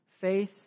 Faith